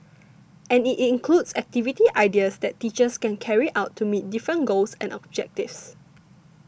and it includes activity ideas that teachers can carry out to meet different goals and objectives